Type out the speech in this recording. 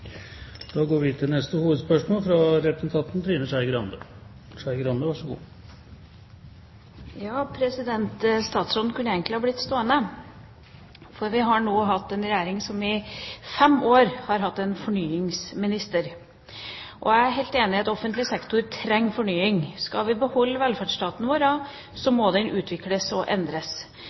neste hovedspørsmål. Statsråden kunne egentlig ha blitt stående. Vi har nå hatt en regjering som i fem år har hatt en fornyingsminister. Jeg er helt enig i at offentlig sektor trenger fornying. Skal vi beholde velferdsstaten vår, må den utvikles og endres.